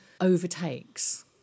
overtakes